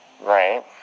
Right